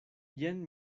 jen